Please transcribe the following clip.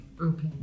Okay